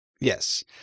Yes